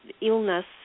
illness